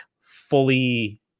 fully